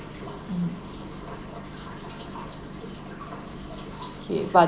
mm K but